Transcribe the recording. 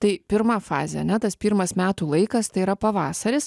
tai pirma fazė ane tas pirmas metų laikas tai yra pavasaris